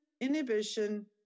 inhibition